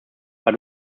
but